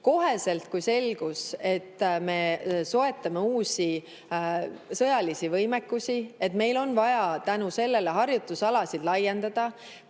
kohe, kui selgus, et me soetame uusi sõjalisi võimekusi ja et meil on vaja selle tõttu harjutusalasid laiendada,